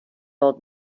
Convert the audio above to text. old